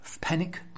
panic